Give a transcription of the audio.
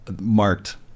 Marked